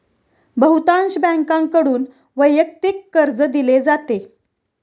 बहुतांश बँकांकडून वैयक्तिक कर्ज दिले जाते